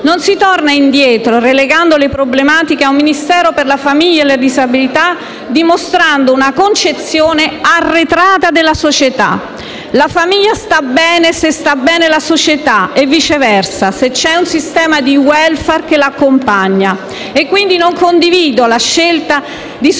Non si torna indietro, relegando le problematiche a un Ministero per la famiglia e le disabilità dimostrando una concezione arretrata della società. La famiglia sta bene se sta bene la società e viceversa; sta bene se c'è un sistema di *welfare* che l'accompagna. Non condivido, quindi, la scelta di sottrarre